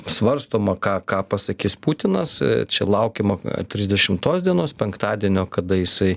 svarstoma ką ką pasakys putinas čia laukiama trisdešimtos dienos penktadienio kada jisai